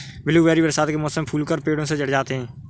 blueberry बरसात के मौसम में फूलकर पेड़ों से झड़ जाते हैं